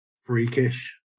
freakish